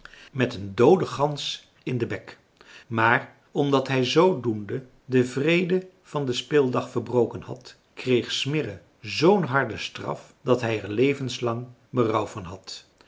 met een doode gans in den bek maar omdat hij zoodoende den vrede van den speeldag verbroken had kreeg smirre zoo'n harde straf dat hij er levenslang berouw van had